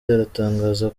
aratangaza